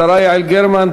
השרה יעל גרמן,